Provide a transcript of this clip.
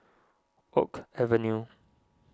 Oak Avenue